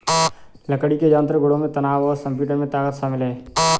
लकड़ी के यांत्रिक गुणों में तनाव और संपीड़न में ताकत शामिल है